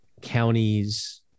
counties